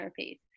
therapies